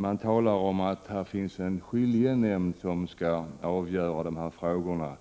Man talar om att det finns en skiljenämnd som skall avgöra dessa frågor.